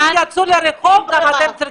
ירושלים ותל-אביב.